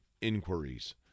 inquiries